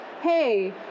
hey